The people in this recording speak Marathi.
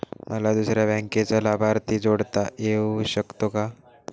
मला दुसऱ्या बँकेचा लाभार्थी जोडता येऊ शकतो का?